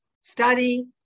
study